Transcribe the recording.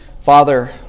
Father